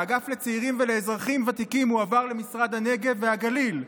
האגף לצעירים ולאזרחים ותיקים הועבר למשרד הנגב והגליל.